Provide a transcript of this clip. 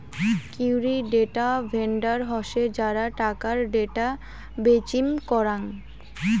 কাউরী data vendor হসে যারা টাকার ডেটা বেচিম করাং